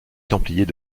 templiers